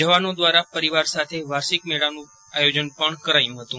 જવાનો દ્વારા પરિવાર સાથે વાર્ષિક મેળાનું આયોજન પણ કરાયું હતું